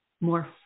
more